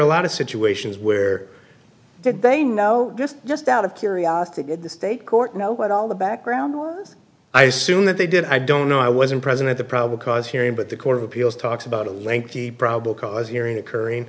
a lot of situations where did they know this just out of curiosity did the state court know what all the background was i assume that they did i don't know i wasn't present at the probable cause hearing but the court of appeals talks about a lengthy probable cause hearing occurring